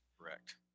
Correct